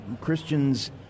Christians